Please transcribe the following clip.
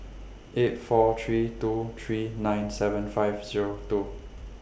eight four three two three nine seven five Zero two